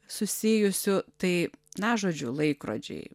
susijusių tai na žodžiu laikrodžiai